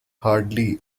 hardly